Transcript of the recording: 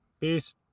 peace